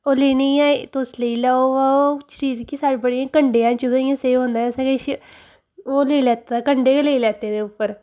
ओह् लेनी ऐ तुस लेई लैओ ब ओह् चीज़ कि साढ़ी बड़ी कंडे च ओह्दे इ'यां सेही होंदा कि ऐसा किश ओह् लेई लैता कंडे गै लेई लैते दे उप्पर